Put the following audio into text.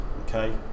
okay